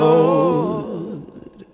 Lord